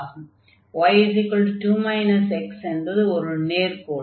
y2 x என்பது ஒரு நேர்க்கோடு